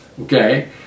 okay